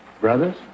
Brothers